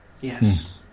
Yes